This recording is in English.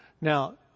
now